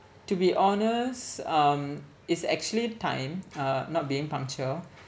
to be honest um it's actually time uh not being punctual